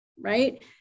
right